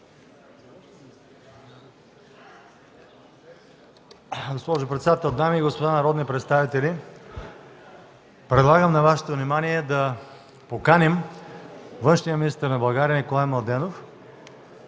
Госпожо председател, дами и господа народни представители! Предлагам на Вашето внимание да поканим външния министър на България Николай Младенов,